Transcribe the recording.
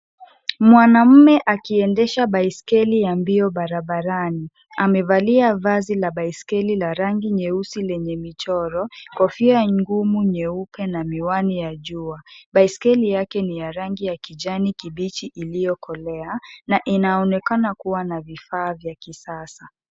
Mwanamme akiendesha baiskeli ya mbio barabarani. Amevalia vazi la baiskeli la rangi nyeusi lenye michoro, kofia ngumu nyeupe na miwani ya jua. Baiskeli yake ni ya rangi ya kijani kibichi iliyokolea na inaonekana kuwa na vifaa vya kisasa.